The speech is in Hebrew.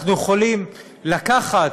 אנחנו יכולים לקחת